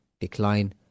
Decline